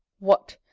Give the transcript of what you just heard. what!